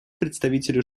представителю